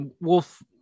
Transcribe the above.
Wolf